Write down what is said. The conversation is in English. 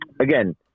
again